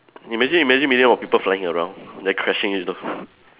imagine imagine million of people flying around then crashing into